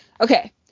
Okay